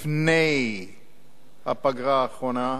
לפני הפגרה האחרונה,